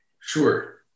Sure